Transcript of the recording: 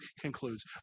concludes